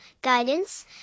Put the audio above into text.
guidance